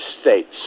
States